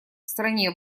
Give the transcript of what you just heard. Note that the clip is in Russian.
стране